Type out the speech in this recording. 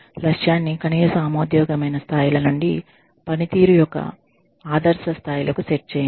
లక్ష్యాన్ని కనీస ఆమోదయోగ్యమైన స్థాయిల నుండి పనితీరు యొక్క ఆదర్శ స్థాయిలకు సెట్ చేయండి